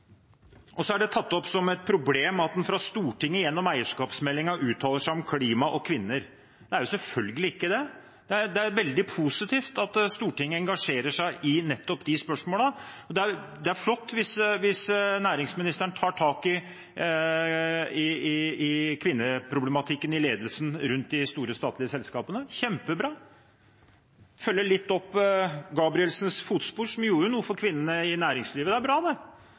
Så er det tatt opp som et problem at man fra Stortinget gjennom eierskapsmeldingen uttaler seg om klima og kvinner. Det er selvfølgelig ikke det. Det er veldig positivt at Stortinget engasjerer seg i nettopp de spørsmålene. Det er flott hvis næringsministeren tar tak i kvinneproblematikken i ledelsen rundt de store statlige selskapene – kjempebra. Det følger litt i Gabrielsens fotspor, som gjorde noe for kvinnene i næringslivet. Det er bra. Vi må tørre å gjøre det